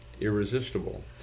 irresistible